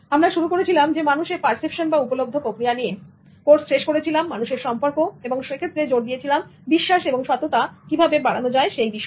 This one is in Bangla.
আমরা শুরু করেছিলাম মানুষের পারসেপশন বা উপলব্ধ প্রক্রিয়া নিয়ে কোর্স শেষ করেছিলাম মানুষের সম্পর্ক এবং সেক্ষেত্রে জোর দিয়েছিলাম বিশ্বাস এবং সততা কিভাবে বাড়ানো যায় সেই বিষয়ে